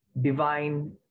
divine